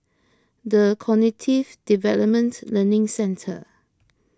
the Cognitive Development Learning Centre